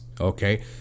okay